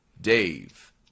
Dave